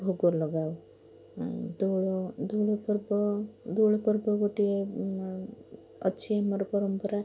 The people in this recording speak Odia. ଭୋଗ ଲଗାଉ ଦୋଳ ଦୋଳପର୍ବ ଦୋଳପର୍ବ ଗୋଟିଏ ଅଛି ଆମର ପରମ୍ପରା